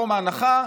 פטור מהנחה,